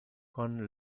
con